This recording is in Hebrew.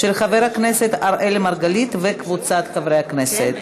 של חבר הכנסת אראל מרגלית וקבוצת חברי הכנסת.